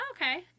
okay